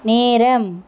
நேரம்